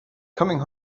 coming